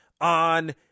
on